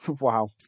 Wow